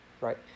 right